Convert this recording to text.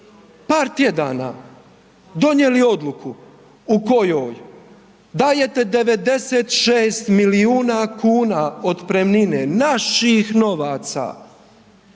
par tjedana donijeli odluku u kojoj dajete 96 milijuna kuna otpremnine naših novaca